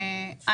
תודה.